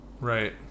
Right